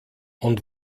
und